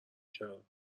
کردماسم